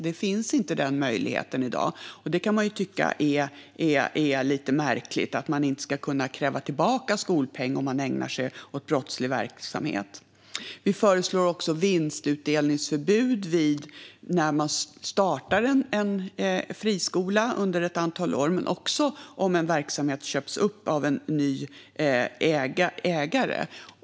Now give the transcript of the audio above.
Den möjligheten finns inte i dag, men man kan tycka att det är lite märkligt att skolpeng inte ska kunna krävas tillbaka av dem som ägnar sig åt brottslig verksamhet. Vi föreslår även vinstutdelningsförbud under ett antal år när man startar en friskola eller om en verksamhet köps upp av en ny ägare.